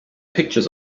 pictures